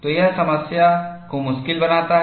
तो यह समस्या को मुश्किल बनाता है